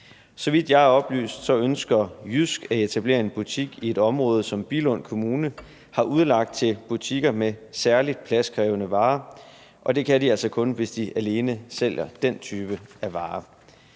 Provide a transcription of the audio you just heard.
Så vidt jeg er oplyst, ønsker JYSK at etablere en butik i et område, som Billund Kommune har udlagt til butikker med særligt pladskrævende varer. Og det kan de altså kun, hvis de alene sælger den type varer.